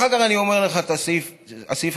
אני אומר לך את הסעיף הרביעי,